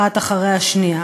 האחת אחרי השנייה.